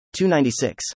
296